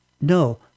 No